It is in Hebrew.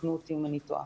תקנו אותי אם אני טועה.